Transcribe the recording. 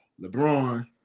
LeBron